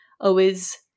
Always-